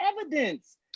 evidence